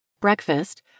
Breakfast